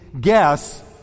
guess